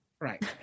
right